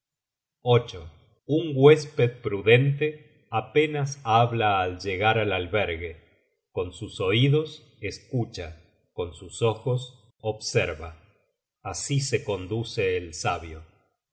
prudencia un huésped prudente apenas habla al llegar al albergue con sus oidos escucha con sus ojos observa así se conduce el sabio y